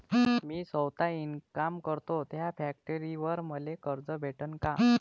मी सौता इनकाम करतो थ्या फॅक्टरीवर मले कर्ज भेटन का?